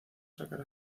sacar